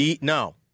No